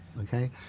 Okay